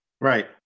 Right